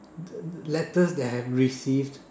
the the letters that I have received